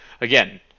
again